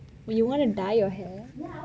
you want to dye your hair